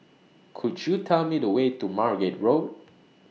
Could YOU Tell Me The Way to Margate Road